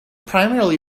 primarily